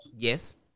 Yes